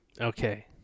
Okay